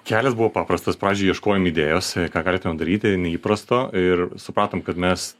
kelias buvo paprastas pradžioj ieškojome idėjos ką galėtumėm daryti neįprasto ir supratom kad mes